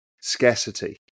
scarcity